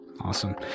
Awesome